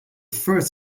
first